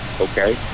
Okay